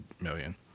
million